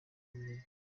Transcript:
yigihugu